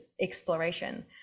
exploration